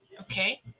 okay